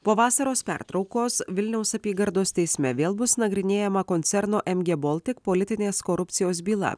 po vasaros pertraukos vilniaus apygardos teisme vėl bus nagrinėjama koncerno mg baltic politinės korupcijos byla